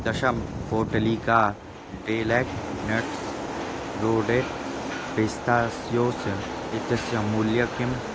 दशपोटलिका delight nuts रोडेड्स् pistachios इत्यस्य मूल्यं किम्